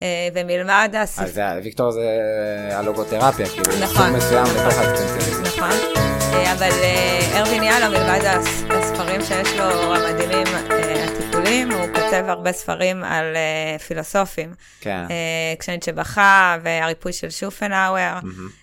ומלבד הספרים, ויקטור זה הלוגותרפיה כאילו, נכון. זה סוג מסוים, נכון. אבל ארווין יאלום מלבד הספרים שיש לו, המדהימים הוא כותב הרבה ספרים על פילוסופים: כשניטשה בכה והריפוי של שופנאוואר.